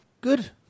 good